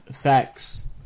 Facts